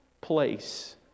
place